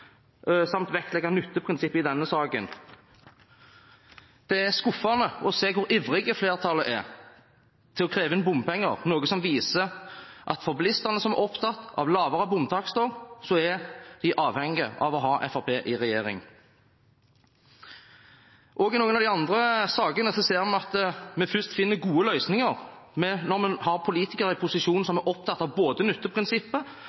samt å vektlegge nytteprinsippet i denne saken. Det er skuffende å se hvor ivrig flertallet er etter å kreve inn bompenger, noe som viser at bilistene som er opptatt av lavere bomtakster, er avhengig av å ha Fremskrittspartiet i regjering. Også under noen av de andre sakene ser vi at vi først finner gode løsninger når man har politikere i posisjon som er opptatt av både nytteprinsippet